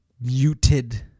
muted